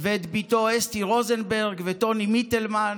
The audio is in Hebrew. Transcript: ואת בתו, אסתי רוזנברג, וטוני מיטלמן,